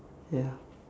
ya